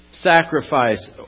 sacrifice